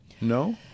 No